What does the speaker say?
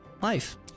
life